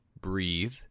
breathe